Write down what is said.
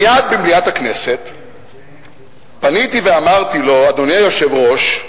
מייד במליאת הכנסת פניתי ואמרתי לו: אדוני היושב-ראש,